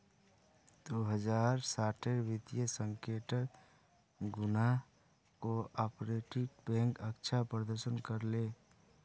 दो हज़ार साटेर वित्तीय संकटेर खुणा कोआपरेटिव बैंक अच्छा प्रदर्शन कर ले